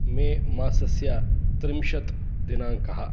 मे मासस्य त्रिंशत् दिनाङ्कः